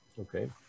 Okay